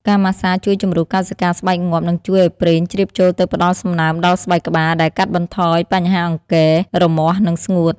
ការម៉ាស្សាជួយជំរុះកោសិកាស្បែកងាប់ និងជួយឲ្យប្រេងជ្រាបចូលទៅផ្តល់សំណើមដល់ស្បែកក្បាល ដែលកាត់បន្ថយបញ្ហាអង្គែ រមាស់ និងស្ងួត។